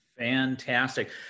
Fantastic